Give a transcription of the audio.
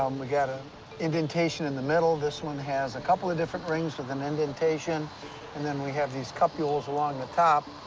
um we got an indentation in the middle. this one has a couple of different rings with an indentation and then we have these cupules along the top.